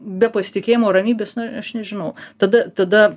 be pasitikėjimo ramybės na aš nežinau tada tada